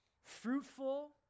fruitful